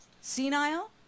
senile